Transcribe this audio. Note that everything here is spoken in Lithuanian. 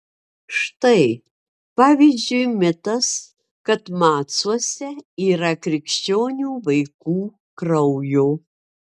štai pavyzdžiui mitas kad macuose yra krikščionių vaikų kraujo